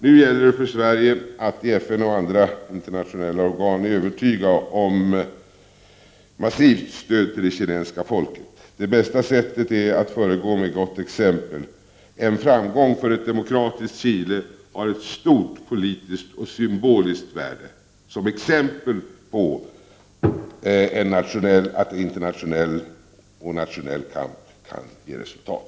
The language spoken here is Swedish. Nu gäller det för Sverige att i FN och andra internationella organ övertyga om massivt stöd till det chilenska folket. Det bästa sättet är att föregå med gott exempel. En framgång för ett demokratiskt Chile har ett stort politiskt och symboliskt värde som exempel på att nationell och internationell kamp kan ge resultat.